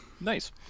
Nice